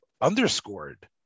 underscored